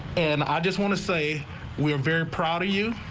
and i just want to say we're very proud of you.